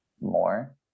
more